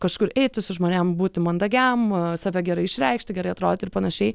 kažkur eiti su žmonėm būti mandagiam save gerai išreikšti gerai atrodyt ir panašiai